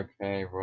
okay